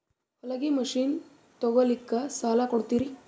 ಹೊಲಗಿ ಮಷಿನ್ ತೊಗೊಲಿಕ್ಕ ಸಾಲಾ ಕೊಡ್ತಿರಿ?